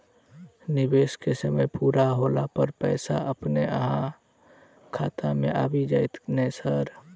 निवेश केँ समय पूरा होला पर पैसा अपने अहाँ खाता मे आबि जाइत नै सर?